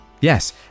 Yes